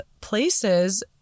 places